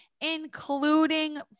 including